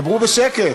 דברו בשקט.